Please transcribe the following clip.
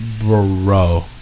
Bro